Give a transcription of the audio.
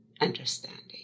understanding